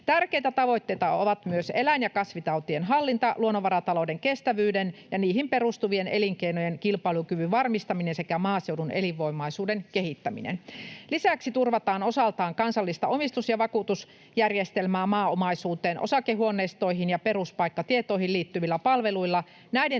Tärkeitä tavoitteita ovat myös eläin- ja kasvitautien hallinta, luonnonvaratalouden kestävyyden ja niihin perustuvien elinkeinojen kilpailukyvyn varmistaminen sekä maaseudun elinvoimaisuuden kehittäminen. Lisäksi turvataan osaltaan kansallista omistus- ja vakuutusjärjestelmää maaomaisuuteen, osakehuoneistoihin ja peruspaikkatietoihin liittyvillä palveluilla.